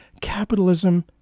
capitalism